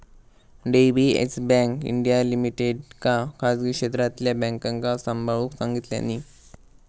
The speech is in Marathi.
डी.बी.एस बँक इंडीया लिमिटेडका खासगी क्षेत्रातल्या बॅन्कांका सांभाळूक सांगितल्यानी